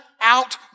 out